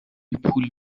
پول